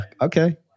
okay